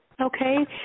Okay